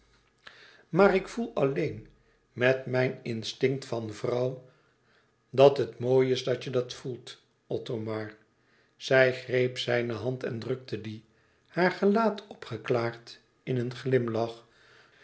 maar ik voel alleen met mijn instinct van vrouw dat het mooi is dat je dat voelt othomar zij greep zijne hand en drukte die haar gelaat opgeklaard in een glimlach